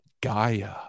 Gaia